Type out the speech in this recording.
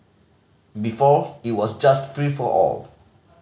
before it was just free for all